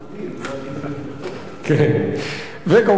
וכמובן,